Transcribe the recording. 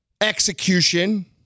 execution